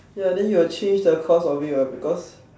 ya then you will change the course of it what because